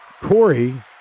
Corey